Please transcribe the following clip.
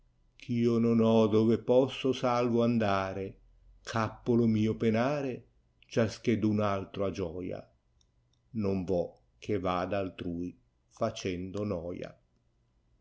teco ghio non ho dove posso salvo andare gh appo lo mio penare giaschedun altro ha gioia non vo che vada altrui facendo noia